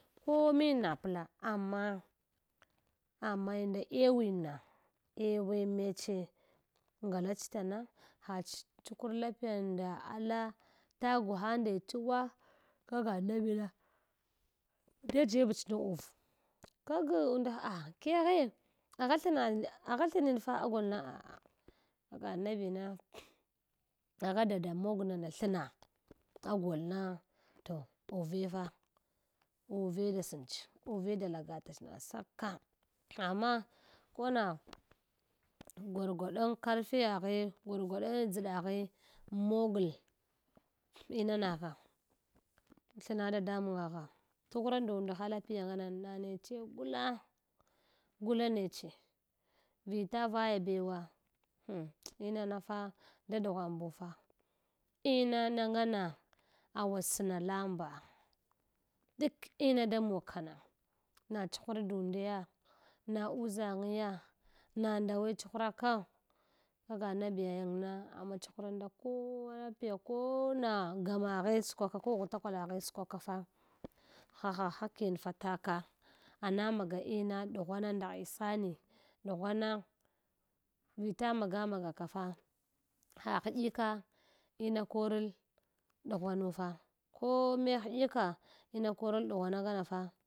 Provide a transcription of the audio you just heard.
Ko min na pla amma amma nɗa ɗwin na ewe meche ngalach tala hach chkulapiya nda ala tagwhang ndech wa, kaga anabi na da jebch dan avkaya nda ah keghe agha thanad agha thnenfa agolna a’a kag annabi na agha ɗada mojnana thwa agol na to uve fa uve da sanch uve da laga tach na saka amma kona gwar gwaɗon karfiya ghe gwargwaɗo ndʒaɗa ghe mogl inanagha thna dadamanga gha tsahra ndundha lapiya nghan na neche gula gula neche vita vaya bewa hm inana fa da ɗughanbufa inana ngena awa sna lamba dak ina da mog ka na na ch’hur dundiya na uʒangiya na nda wch ch’hura nda ka kag annabi kowa lapiya kona gamaghe skwa ka, ko ghwatakuala ghe skwa ka fa haha hakiyin fa taka ana maga ina ɗughwana dah ihsani ɗughwana vita maga maga kafa ha hgika ina korl dughwanul fa ko me hika ina korl ɗughane ghana fa.